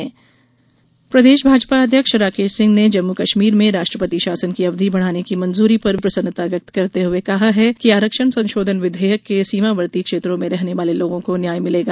भाजपा अध्यक्ष प्रदेश भाजपा अध्यक्ष राकेश सिंह ने जम्मू कश्मीर में राष्ट्रपति शासन की अवधि बढाने की मंजूरी पर भी प्रसन्नता व्यक्त करते हुए कहा है कि आरक्षण संशोधन विधेयक से जम्मू के सीमावर्ती क्षेत्रों में रहने वाले लोगों को न्याय मिलेगा